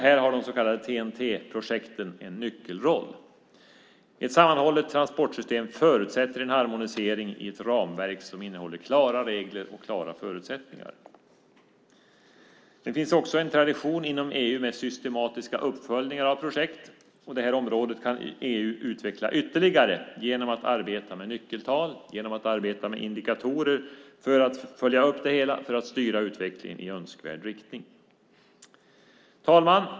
Här har de så kallade TEN-T-projekten en nyckelroll. Ett sammanhållet transportsystem förutsätter en harmonisering i ett ramverk som innehåller klara regler och klara förutsättningar. Det finns också en tradition inom EU med systematiska uppföljningar av projekt. Detta område kan EU utveckla ytterligare genom att arbeta med nyckeltal och indikatorer för att följa upp det hela och styra utvecklingen i önskvärd riktning. Fru talman!